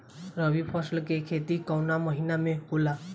रवि फसल के खेती कवना महीना में होला?